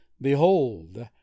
Behold